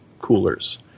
coolers